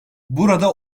burada